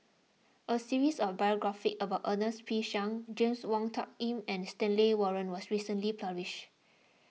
a series of biographies about Ernest P Shanks James Wong Tuck Yim and Stanley Warren was recently published